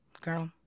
Girl